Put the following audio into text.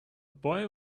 boy